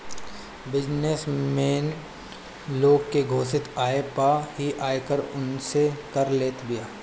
business man लोग के घोषित आय पअ ही आयकर उनसे कर लेत बिया